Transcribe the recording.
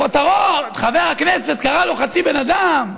הכותרות: חבר הכנסת קרא לו חצי בן אדם,